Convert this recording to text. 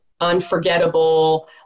unforgettable